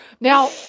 Now